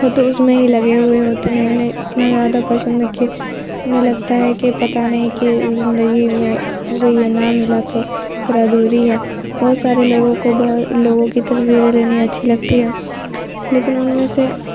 وہ تو اس میں ہی لگے ہوئے ہوتے ہیں انہیں اتنا زیادہ پسند ہے کہ انہیں لگتا ہے کہ پتہ نہیں کہ زندگی میں اسے یہ نہ ملا تو پھر ادھوری ہے بہت سارے لوگوں کو لوگوں کی تصویریں لینی اچھی لگتی ہے لیکن ان میں سے